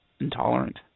intolerant